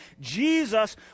Jesus